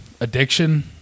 addiction